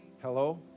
Hello